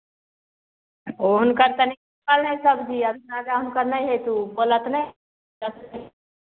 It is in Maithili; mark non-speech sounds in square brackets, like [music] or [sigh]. ओ हुनकर कनि सबजी ताजा हुनकर नहि हेतै तऽ ओ बोलत नहि [unintelligible]